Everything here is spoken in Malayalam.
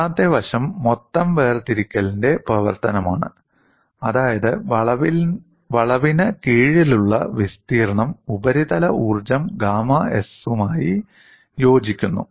രണ്ടാമത്തെ വശം മൊത്തം വേർതിരിക്കലിന്റെ പ്രവർത്തനമാണ് അതായത് വളവിന് കീഴിലുള്ള വിസ്തീർണ്ണം ഉപരിതല ഊർജ്ജം ഗാമാ s യുമായി യോജിക്കുന്നു